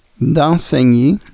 d'enseigner